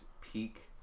peak